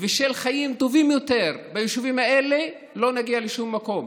ושל חיים טובים יותר ביישובים האלה לא נגיע לשום מקום.